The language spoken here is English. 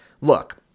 look